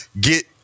get